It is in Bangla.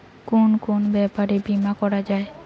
কুন কুন ব্যাপারে বীমা করা যায়?